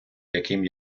яким